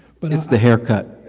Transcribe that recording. but it's the haircut.